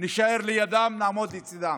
נישאר לידם, נעמוד לצידם.